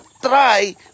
try